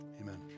Amen